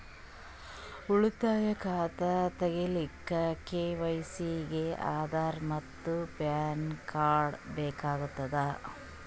ಉಳಿತಾಯ ಖಾತಾ ತಗಿಲಿಕ್ಕ ಕೆ.ವೈ.ಸಿ ಗೆ ಆಧಾರ್ ಮತ್ತು ಪ್ಯಾನ್ ಕಾರ್ಡ್ ಬೇಕಾಗತದ